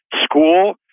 school